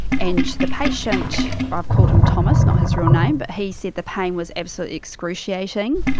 and the patient, i've called him thomas, not his real name, but he said the pain was absolutely excruciating.